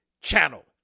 channel